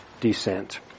descent